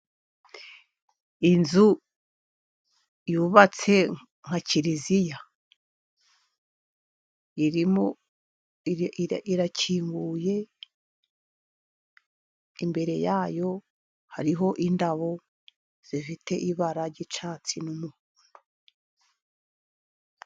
Inzu yubatse nka kiliziya irakinguye, imbere yayo hariho indabo zifite ibara ry'icyatsi n'umuhondo.